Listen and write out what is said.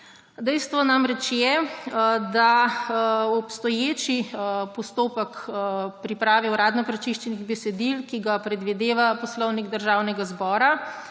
Dejstvo namreč je, da obstoječi postopek priprave uradno prečiščenih besedil, ki ga predvideva Poslovnik Državnega zbora,